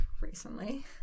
recently